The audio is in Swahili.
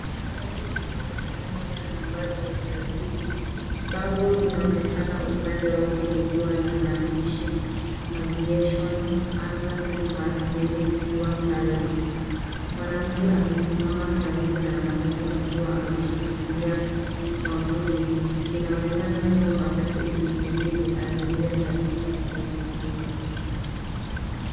Matatu inaonekana likiwa na nambari ya usajili. Bango linaonekana upande wake likiwa na mandishi Aviation, Amra, Quickmart, Village , juakali. Mwanamuke amesimama karibu na matatu akiwa ameshikilia mwavuli. Inaonekana kama matatu inasubiri abiria katika eneo hilo.